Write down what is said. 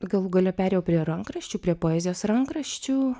galų gale perėjo prie rankraščių prie poezijos rankraščių